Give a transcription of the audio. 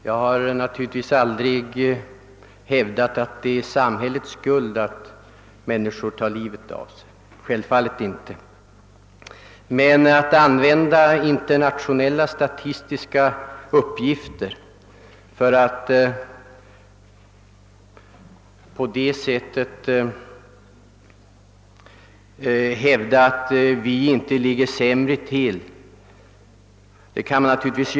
Herr talman! Jag har självfallet aldrig hävdat att det är samhällets skuld att människor tar livet av sig. Att använda internationella statistiska uppgifter för att bevisa att vårt land inte ligger sämre till än andra länder finner jag mindre lämpligt.